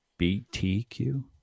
BTQ